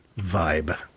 vibe